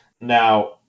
Now